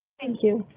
thank you.